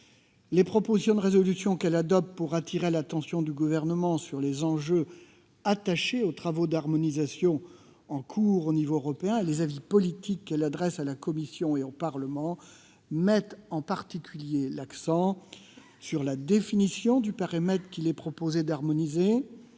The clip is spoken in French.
Les propositions de résolution qu'elle adopte pour attirer l'attention du Gouvernement sur les enjeux attachés aux travaux d'harmonisation en cours au niveau européen et les avis politiques qu'elle adresse à la Commission et au Parlement mettent en particulier l'accent sur la définition du périmètre qu'il est proposé d'harmoniser,